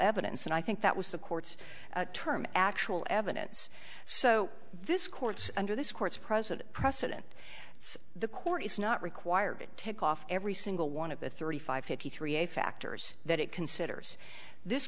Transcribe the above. evidence and i think that was the court's term actual evidence so this court's under this court's president precedent it's the court is not required to take off every single one of the thirty five fifty three a factors that it considers this